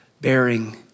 bearing